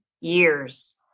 years